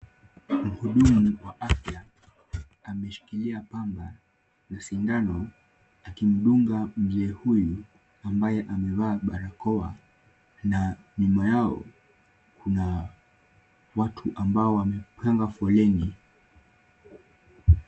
Mhudumu wa afya ameshikilia pamba na sindano akimdunga mzee huyu ambaye amevaa barakoa na nyuma yao kuna watu ambao wamepanga foleni.